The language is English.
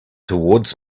towards